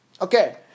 Okay